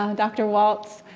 um dr. walts,